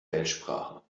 weltsprache